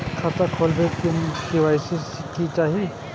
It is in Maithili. खाता खोला बे में के.वाई.सी के चाहि?